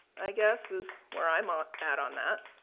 i guess is where i'm ah at on that.